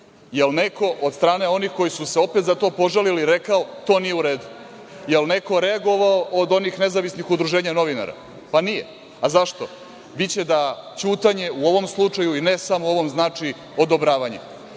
Jel neko od strane onih koji su se opet za to požalili rekao – to nije u redu. Jel neko reagovao od onih nezavisnih udruženja novinara? Nije. A zašto? Biće da ćutanje u ovom slučaju, i ne samo ovom, znači odobravanje. Jel